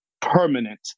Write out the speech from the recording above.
permanent